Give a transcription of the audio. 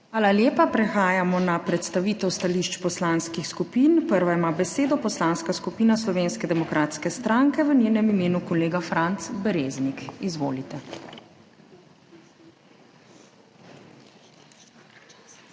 Hvala lepa. Prehajamo na predstavitev stališč poslanskih skupin. Prva ima besedo Poslanska skupina Slovenske demokratske stranke, v njenem imenu kolega Franc Breznik. Izvolite.